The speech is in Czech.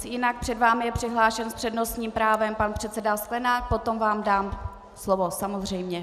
Jinak před vámi je přihlášen s přednostním právem pan předseda Sklenák, potom vám dám slovo, samozřejmě.